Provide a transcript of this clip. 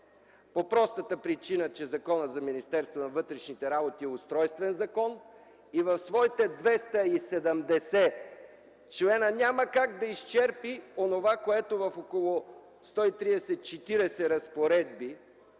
по простата причина, че Законът за Министерството на вътрешните работи е устройствен закон и в своите 270 члена няма как да изчерпи онова, което в около 130 140 разпоредби